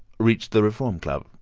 reached the reform club,